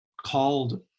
called